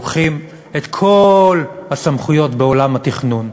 לוקחים את כל הסמכויות בעולם התכנון,